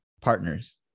partners